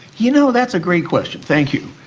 you know, that's a great question, thank you.